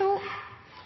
nå.